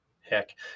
heck